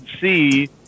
see